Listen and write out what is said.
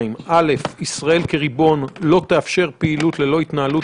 ישראל כריבון לא תאפשר פעילות ללא התנהלות